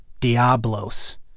Diablos